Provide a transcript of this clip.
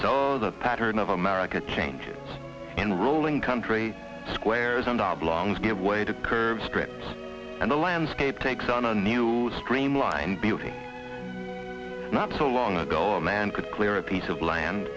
so the pattern of america changes in rolling country squares and oblongs give way to curve strips and the landscape takes on a new streamlined building not so long ago a man could clear a piece of land